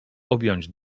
objąć